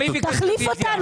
תוציא,